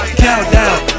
countdown